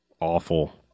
awful